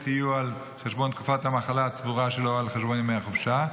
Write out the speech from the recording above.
יהיו על חשבון תקופת המחלה הצבורה שלו או על חשבון ימי החופשה,